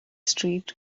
street